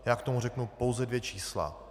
Já k tomu řeknu pouze dvě čísla.